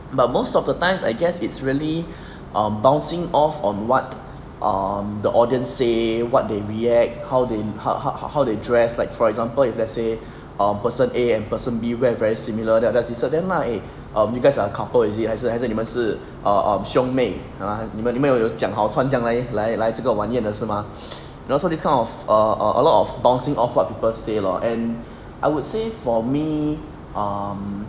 but most of the times I guess it's really um bouncing off on what um the audience say what they react how they how how how they dress like for example if let's say um person A and person B wear very similar then then I just disturb them lah like eh you guys are a couple is it 还是还是你们是 err um 兄妹 !huh! 你们有有讲好穿来将来来这个晚宴的是吗 you know so this kind of err a lot of bouncing off what people say lor and I would say for me um